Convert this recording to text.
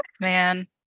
man